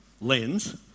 lens